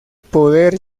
poder